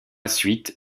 suite